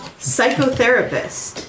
Psychotherapist